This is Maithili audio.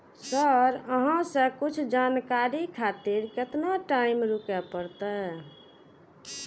सर अहाँ से कुछ जानकारी खातिर केतना टाईम रुके परतें?